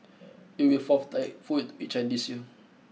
it will be the fourth typhoon to this year